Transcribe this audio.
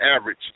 average